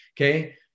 Okay